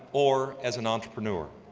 or as an entrepreneur.